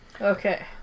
Okay